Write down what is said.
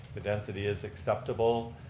the density is acceptable.